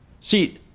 See